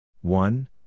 one